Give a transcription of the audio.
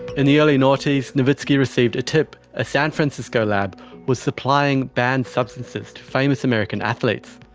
in the early noughties, novitzky received a tip a san francisco lab was supplying banned substances to famous american athletes.